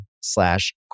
slash